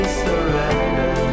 surrender